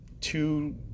two